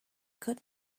could